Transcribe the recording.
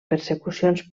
persecucions